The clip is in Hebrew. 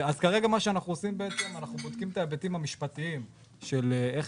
כרגע אנחנו בודקים את ההיבטים המשפטים של איך